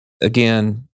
again